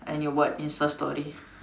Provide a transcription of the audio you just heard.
and your what insta story